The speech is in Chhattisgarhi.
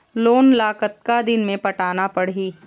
लोन ला कतका दिन मे पटाना पड़ही?